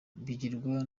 bigirwa